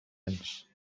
nens